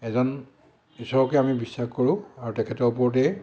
এজন ঈশ্বৰকে আমি বিশ্বাস কৰোঁ আৰু তেখেতৰ ওপৰতেই